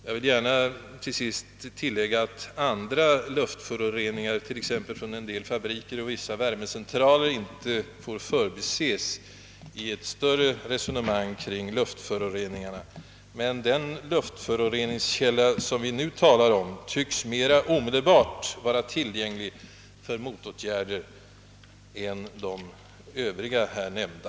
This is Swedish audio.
Jag vill till sist gärna tillägga att andra luftföroreningar, t.ex. från en del fabriker och vissa värmecentraler, inte får förbises i ett vidare resonemang i denna miljöfråga. Den luftföroreningskälla som vi nu talar om tycks emellertid mera omedelbart vara tillgänglig för motåtgärder än de övriga jag nämnde.